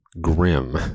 grim